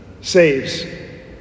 saves